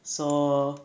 so